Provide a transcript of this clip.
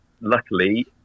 luckily